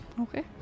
Okay